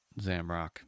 zamrock